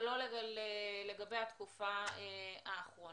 ולא לגבי התקופה האחרונה.